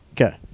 okay